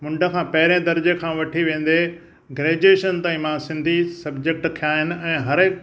मुण्ड खां पहिरियें दर्जे खां वठी वेंदे ग्रेजुएशन ताईं मां सिंधी सब्जेक्ट खयां आहिनि ऐं हर हिकु